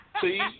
See